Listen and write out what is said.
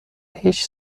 هیچ